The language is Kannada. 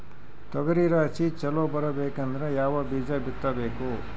ತೊಗರಿ ರಾಶಿ ಚಲೋ ಬರಬೇಕಂದ್ರ ಯಾವ ಬೀಜ ಬಿತ್ತಬೇಕು?